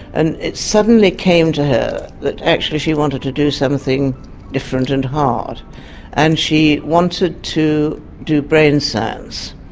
and it suddenly came to her that actually she wanted to do something different and hard and she wanted to do brain science.